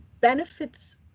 benefits